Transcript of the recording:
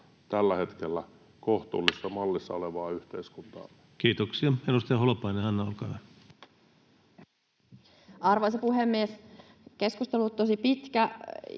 koputtaa] kohtuullisessa mallissa olevaa yhteiskuntaa. Kiitoksia. — Edustaja Holopainen, Hanna, olkaa hyvä. Arvoisa puhemies! Keskustelu on ollut tosi pitkä,